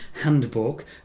handbook